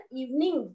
evening